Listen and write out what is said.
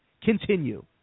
Continue